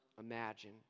imagine